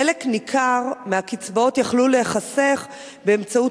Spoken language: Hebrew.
חלק ניכר מהקצבאות יכלו להיחסך באמצעות